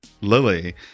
Lily